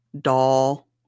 doll